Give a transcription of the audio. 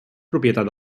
propietat